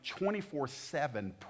24-7